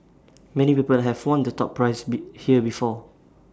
many people have won the top prize be here before